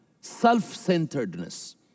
Self-centeredness